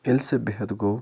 ییٚلہِ سُہ بِہِتھ گوٚو